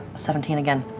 seventeen again.